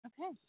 Okay